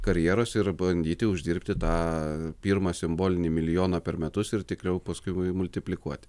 karjeros ir bandyti uždirbti tą pirmą simbolinį milijoną per metus ir tikriau paskui multiplikuoti